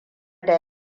da